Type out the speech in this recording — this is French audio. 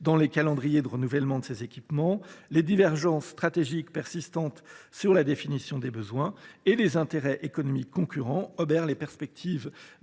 des calendriers de renouvellement de ces équipements, les divergences stratégiques persistantes quant à la définition des besoins et les intérêts économiques concurrents obèrent les perspectives